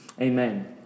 amen